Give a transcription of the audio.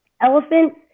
elephants